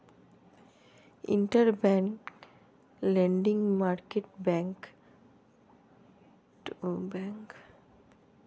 interbank lending market back to back लेनदेन के subset को संदर्भित करता है